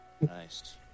Nice